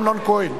אמנון כהן.